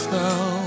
now